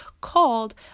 called